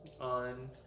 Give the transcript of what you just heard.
on